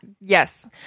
Yes